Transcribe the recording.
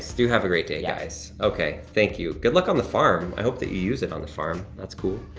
do have a great day, guys. yeah. okay, thank you. good luck on the farm, i hope that you use it on the farm. that's cool.